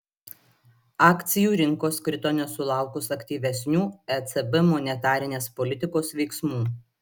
akcijų rinkos krito nesulaukus aktyvesnių ecb monetarinės politikos veiksmų